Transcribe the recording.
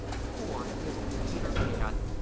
poor little peter pan!